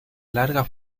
largas